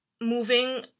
moving